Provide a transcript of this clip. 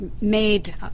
made